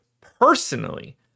Personally